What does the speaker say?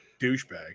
douchebag